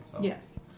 Yes